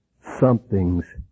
something's